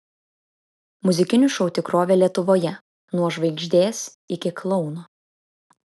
muzikinių šou tikrovė lietuvoje nuo žvaigždės iki klouno